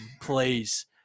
please